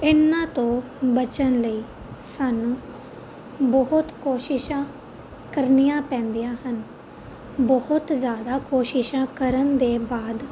ਇਹਨਾਂ ਤੋਂ ਬਚਣ ਲਈ ਸਾਨੂੰ ਬਹੁਤ ਕੋਸ਼ਿਸ਼ਾਂ ਕਰਨੀਆਂ ਪੈਂਦੀਆਂ ਹਨ ਬਹੁਤ ਜ਼ਿਆਦਾ ਕੋਸ਼ਿਸ਼ਾਂ ਕਰਨ ਦੇ ਬਾਅਦ